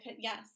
yes